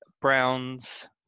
Browns